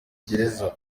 gereza